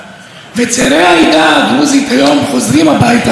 ומגלים שאין להם איפה לגור.